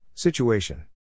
Situation